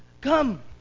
come